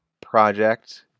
project